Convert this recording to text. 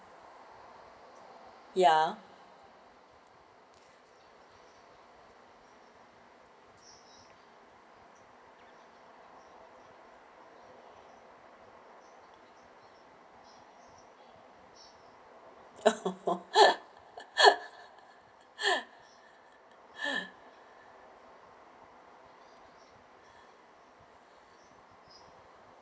ya oh